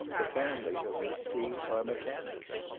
the family of miss c. are mechanics.